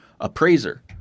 appraiser